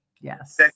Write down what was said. Yes